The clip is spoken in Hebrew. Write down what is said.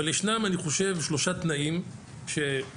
אבל ישנם אני חושב שלושה תנאים שבגדול